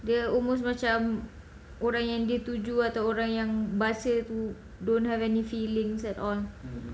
dia almost macam orang yang dia tuju atau orang yang baca tu you don't have any feelings at all